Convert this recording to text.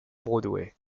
broadway